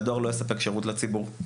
והדואר לא יספק שירות לציבור.